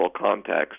context